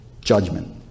judgment